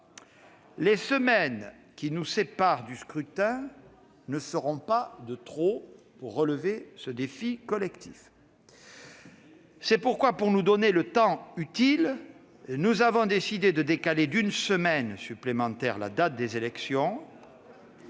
Les semaines qui nous séparent du scrutin ne seront pas de trop pour relever ce défi collectif. C'est pourquoi, pour nous donner le temps utile, nous avons décidé de décaler d'une semaine la date des élections.